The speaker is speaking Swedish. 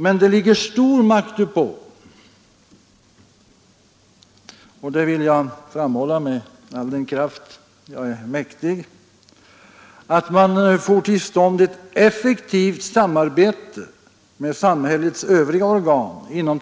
Men det ligger stor makt uppå — det vill jag framhålla med all den kraft jag är mäktig — att man får till stånd ett effektivt samarbete med samhällets övriga organ inom